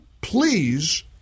please